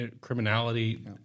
criminality